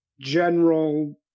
general